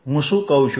હું શું કહું છું